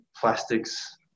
plastics